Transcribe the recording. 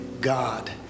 God